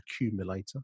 accumulator